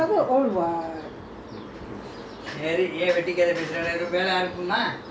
until three years old I know my father worked my father old [what]